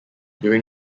during